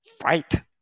fight